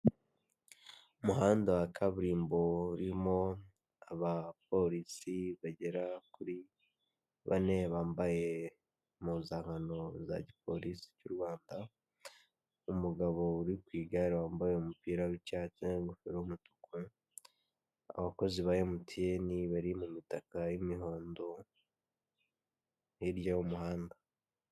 Umuhanda wa kaburimbo urimo abapolisi bagera kuri bane bambaye impuzankano za gipolisi cy'u Rwanda umugabo urikwigare wambaye umupira w'icyatsi n'ingofero itukura abakozi baMTN bari mu mitaka y'imihondo hirya y'umuhanda.